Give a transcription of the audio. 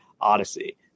Odyssey